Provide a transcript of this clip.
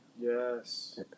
Yes